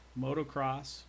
motocross